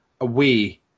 away